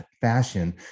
fashion